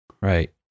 Right